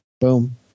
boom